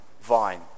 vine